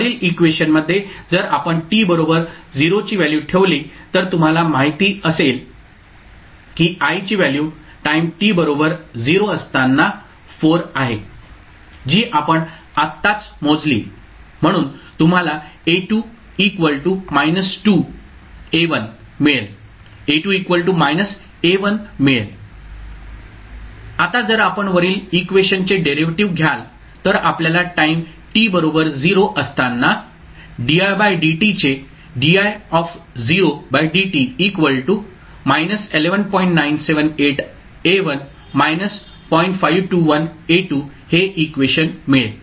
वरील इक्वेशनमध्ये जर आपण t बरोबर 0 ची व्हॅल्यू ठेवली तर तुम्हाला माहिती असेल की i ची व्हॅल्यू टाईम t बरोबर 0 असताना 4 आहे जी आपण आत्ताच मोजली म्हणून तुम्हाला A2 A1 मिळेल आता जर आपण वरील इक्वेशनचे डेरिव्हेटिव्ह् घ्याल तर आपल्याला टाईम t बरोबर 0 असताना चे हे इक्वेशन मिळेल